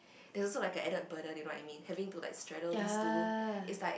they are also like added burden you know what I mean having to like straddle this two is like